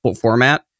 format